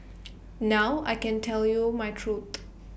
now I can tell you my truth